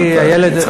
אני הילד, הגזמת.